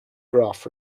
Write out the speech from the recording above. graph